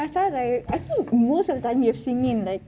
my style right most of the time you have seen me in like